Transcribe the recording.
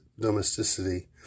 domesticity